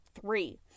three